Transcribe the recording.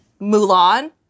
Mulan